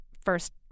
first